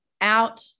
Out